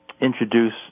introduce